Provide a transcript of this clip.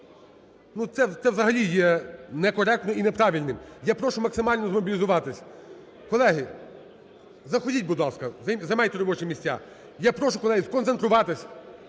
Це взагалі є некоректним і неправильним. Я прошу максимально змобілізуватись. Колеги, заходіть, будь ласка, займайте робочі місця. Я прошу, колеги, сконцентруватися,